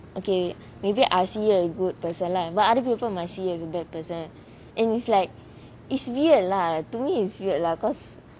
okay maybe I see a good person lah but other people might see as a bad person and it's like it's weird lah to me it's weird lah because